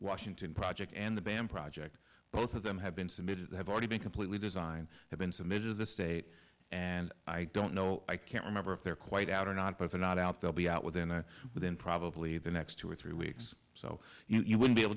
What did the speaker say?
washington project and the bam project both of them have been submitted have already been completely design have been submitted to the state and i don't know i can't remember if they're quite out or not but they're not out they'll be out within a within probably the next two or three weeks so you would be able